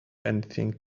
anything